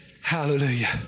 Hallelujah